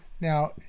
Now